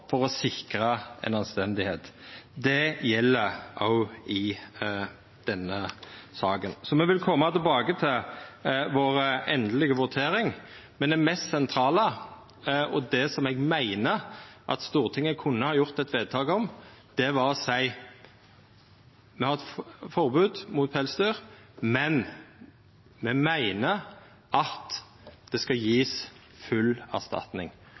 for å sikra anstendige vilkår. Det gjeld òg i denne saka. Me vil koma tilbake til vår endelege votering, men det mest sentrale og det som eg meiner at Stortinget kunne ha gjort eit vedtak om, var å få eit forbod mot pelsdyr, men me meiner at det då skal gjevast full